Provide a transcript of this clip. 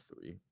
three